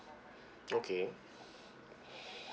okay